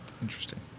Interesting